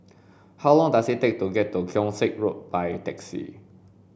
how long does it take to get to Keong Saik Road by taxi